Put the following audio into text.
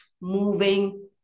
moving